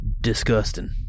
disgusting